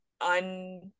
un